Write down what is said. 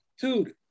Dude